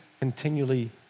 continually